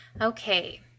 Okay